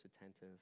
attentive